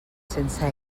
sense